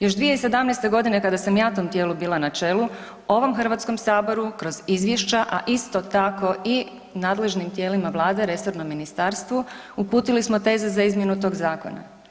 Još 2017. g. kada sam ja tom tijelu bila na čelu, ovom Hrvatskom saboru kroz izvješća, a isto tako i nadležnim tijelima Vlade, resornom ministarstvu uputili smo teze za izmjenu tog zakona.